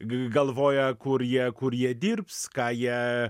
g galvoja kur jie kur jie dirbs ką jie